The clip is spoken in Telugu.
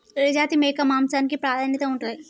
ఏ జాతి మేక మాంసానికి ప్రాధాన్యత ఉంటది?